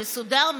מסודר,